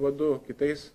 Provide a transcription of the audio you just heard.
vadu kitais